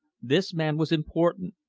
this man was important,